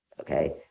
okay